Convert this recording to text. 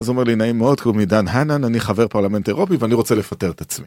אז הוא אומר לי, נעים מאוד, קוראים לי דן הנן, אני חבר פרלמנט אירופי ואני רוצה לפטר את עצמי.